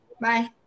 Bye